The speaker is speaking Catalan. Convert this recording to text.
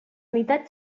unitats